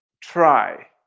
try